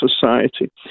society